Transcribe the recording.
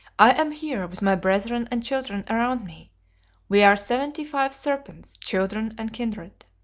i am here with my brethren and children around me we are seventy-five serpents, children and kindred